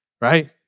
right